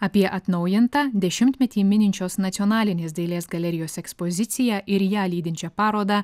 apie atnaujintą dešimtmetį mininčios nacionalinės dailės galerijos ekspoziciją ir ją lydinčią parodą